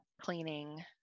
cleaning